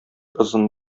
озын